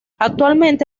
actualmente